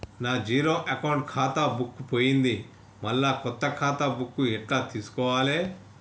నా zero account ఖాతా book పోయింది మళ్ళా కొత్త ఖాతా బుక్కు ఎట్ల తీసుకోవాలే?